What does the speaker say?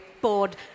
board